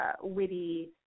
witty